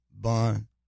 Bun